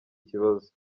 kibazo